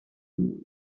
moon